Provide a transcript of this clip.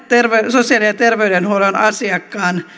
sosiaali ja terveydenhuollon asiakkaan